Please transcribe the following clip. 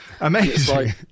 Amazing